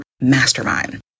Mastermind